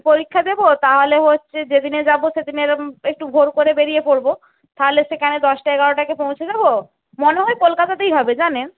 পরীক্ষা দেবো তাহলে হচ্ছে যেদিনে যাবো সেদিনে এরকম একটু ভোর করে বেরিয়ে পড়ব তাহলে সেখানে দশটা এগারোটায় পৌঁছে যাব মনে হয় কলকাতাতেই হবে জানেন